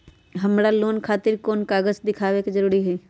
हमरा लोन खतिर कोन कागज दिखावे के जरूरी हई?